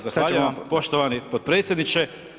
Zahvaljujem vam poštovani potpredsjedniče.